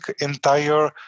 entire